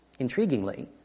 Intriguingly